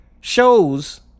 shows